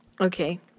Okay